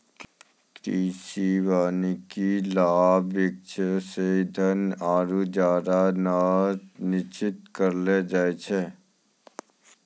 कृषि वानिकी लाभ वृक्षो से ईधन आरु चारा रो निर्यात करलो जाय छै